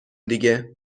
دیگه